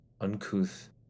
uncouth